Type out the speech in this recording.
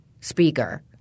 speaker